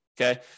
okay